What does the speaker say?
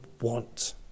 want